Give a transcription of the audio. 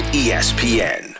espn